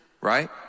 right